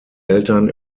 eltern